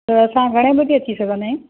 त असां घणे बजे अची सघंदा आहियूं